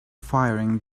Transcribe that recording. firing